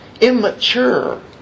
immature